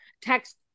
text